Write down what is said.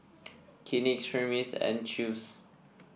Kleenex Hermes and Chew's